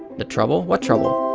the trouble, what trouble?